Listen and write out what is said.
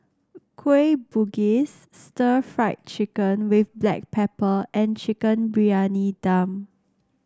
Kueh Bugis Stir Fried Chicken with Black Pepper and Chicken Briyani Dum